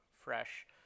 fresh